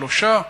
שלושה שבועות.